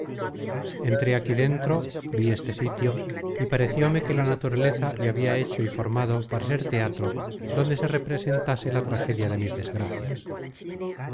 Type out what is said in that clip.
entré aquí dentro vi este sitio y parecióme que la naturaleza le habia hecho y formado para ser teatro donde no ver